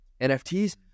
NFTs